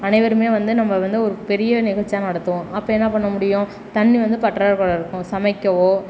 அனைவருமே வந்து நம்ம வந்து ஒரு பெரிய நிகழ்ச்சியாக நடத்துவோம் அப்போ என்ன பண்ண முடியும் தண்ணி வந்து பற்றாக்கொறை இருக்கும் சமைக்கவோ